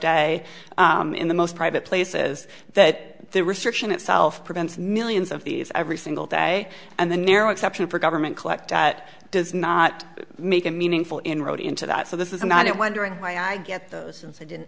day in the most private places that the restriction itself prevents millions of these every single day and the narrow exception for government collect that does not make a meaningful inroad into that so this is about it wondering why i get those i didn't